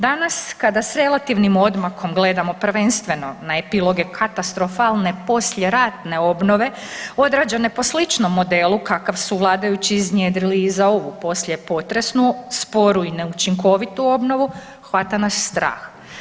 Danas kada s relativnim odmakom gledamo prvenstveno na epiloge katastrofalne poslijeratne obnove odrađene po sličnom modelu kakav su vladajući iznjedrili i za ovu poslijepotresnu sporu i neučinkovitu obnovu, hvata nas strah.